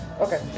Okay